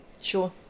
Sure